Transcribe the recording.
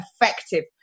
effective